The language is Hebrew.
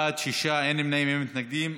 בעד, שישה, אין נמנעים, אין מתנגדים.